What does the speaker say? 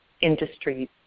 industries